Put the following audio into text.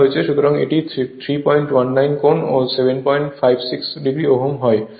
সুতরাং এটি 319 কোণ ও 756 o ওহম হয়